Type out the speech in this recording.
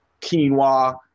quinoa